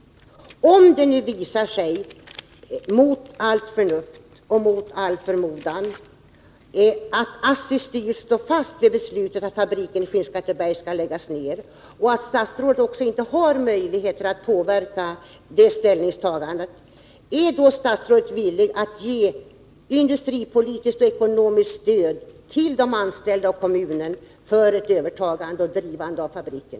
Om det visar sig — mot allt förnuft och mot all förmodan — att ASSI:s styrelse står fast vid beslutet att fabriken i Skinnskatteberg skall läggas ned och att statsrådet inte har möjlighet att påverka det ställningstagandet, är då statsrådet villig att ge industripolitiskt och ekonomiskt stöd till de anställda och kommunen för att de skall kunna överta och driva fabriken?